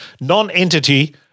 non-entity